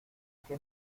que